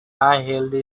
healthy